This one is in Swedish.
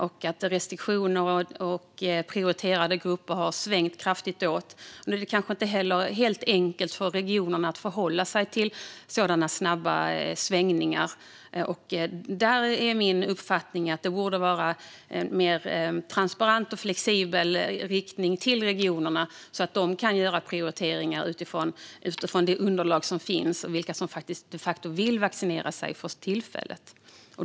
Det har svängt kraftigt när det gäller restriktioner och prioriterade grupper, och det är kanske inte helt enkelt för regionerna att förhålla sig till sådana snabba svängningar. Min uppfattning är att det borde vara en mer transparent och flexibel riktning till regionerna så att de kan göra prioriteringar utifrån det underlag som finns och vilka som de facto vill vaccinera sig för tillfället.